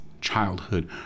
Childhood